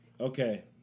Okay